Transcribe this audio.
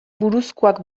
buruzkoak